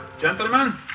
Gentlemen